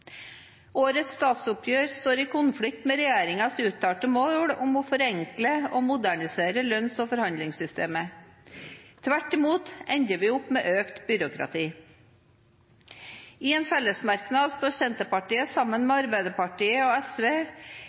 Årets statsoppgjør står i konflikt med regjeringens uttalte mål om å forenkle og modernisere lønns- og forhandlingssystemet. Tvert imot ender vi opp med økt byråkrati. I en fellesmerknad står Senterpartiet sammen med Arbeiderpartiet og SV